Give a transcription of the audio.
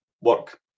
work